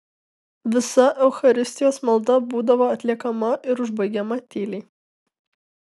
visa eucharistijos malda būdavo atliekama ir užbaigiama tyliai